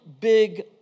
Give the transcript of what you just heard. big